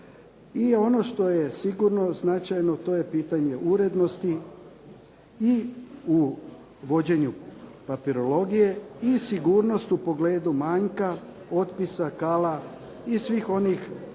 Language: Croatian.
ono što je sigurno značajno a to je pitanje urednosti i u vođenju papirologije i sigurnost u pogledu manjka, otpisa kala i svih onih